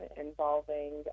involving